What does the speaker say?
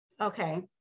Okay